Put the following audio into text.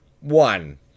One